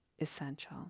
essential